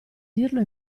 dirlo